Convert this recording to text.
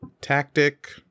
Tactic